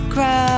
Cry